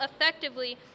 effectively